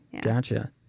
gotcha